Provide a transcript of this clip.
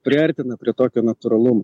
priartina prie tokio natūralumo